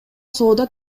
соода